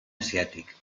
asiàtic